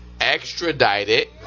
Extradited